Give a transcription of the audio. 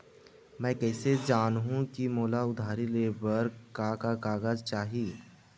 मैं कइसे जानहुँ कि मोला उधारी ले बर का का कागज चाही?